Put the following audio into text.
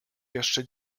jeszcze